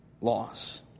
loss